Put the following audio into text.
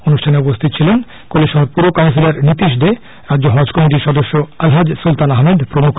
অনুষ্ঠানে উপস্হিত ছিলেন কৈলাশহর পুর কাউন্সিলার নীতিশ দে রাজ্য হজ কমিটির সদস্য আলহাজ সুলতান আহমেদ প্রমুখ